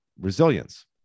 resilience